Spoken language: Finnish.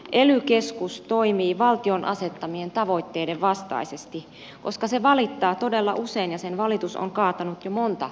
ely keskus toimii valtion asettamien tavoitteiden vastaisesti koska se valittaa todella usein ja sen valitus on kaatanut jo monta asuntokaavaa